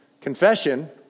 Confession